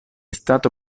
stato